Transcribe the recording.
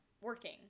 working